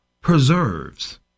preserves